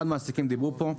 על המעסיקים דיברו כאן.